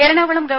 എറണാകുളം ഗവ